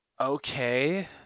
okay